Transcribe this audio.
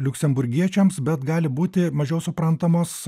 liuksemburgiečiams bet gali būti mažiau suprantamos